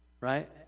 right